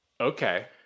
okay